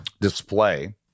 display